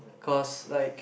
cause like